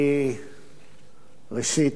ראשית,